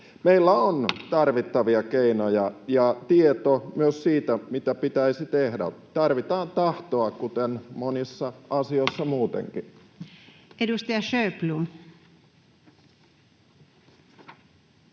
koputtaa] tarvittavia keinoja ja tieto myös siitä, mitä pitäisi tehdä. Tarvitaan tahtoa, kuten monissa asioissa muutenkin. Edustaja Sjöblom.